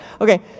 Okay